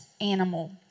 animal